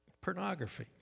Pornography